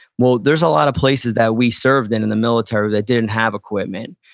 well, there's a lot of places that we served in in the military that didn't have equipment.